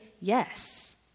yes